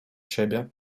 siebie